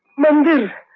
monsoon